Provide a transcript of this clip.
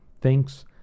Thanks